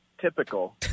typical